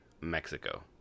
Mexico